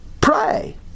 Pray